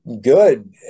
good